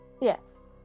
yes